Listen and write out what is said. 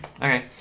Okay